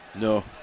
No